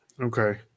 okay